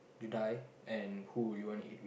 you die and who would you wanna eat